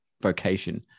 vocation